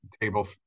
table